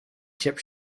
chip